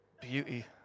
beauty